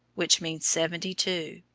which means seventy-two.